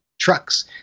trucks